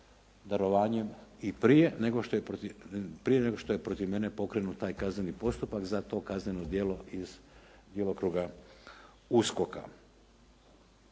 darovanjem i prije nego što je protiv mene pokrenut taj kazneni postupak za to kazneno djelo iz djelokruga USKOK-a.